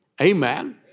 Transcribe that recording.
Amen